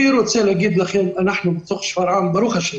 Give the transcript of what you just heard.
אנחנו בתוך שפרעם, ברוך השם,